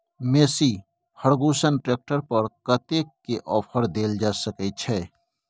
Massey Ferguson tractor पर कतेक के ऑफर देल जा सकै छै?